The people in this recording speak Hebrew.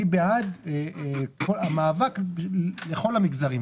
אני בעד המאבק עבור כל המגזרים,